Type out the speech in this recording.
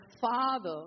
Father